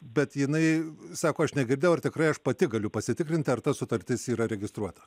bet jinai sako aš negirdėjau ar tikrai aš pati galiu pasitikrinti ar ta sutartis yra registruota